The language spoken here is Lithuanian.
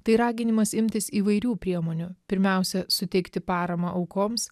tai raginimas imtis įvairių priemonių pirmiausia suteikti paramą aukoms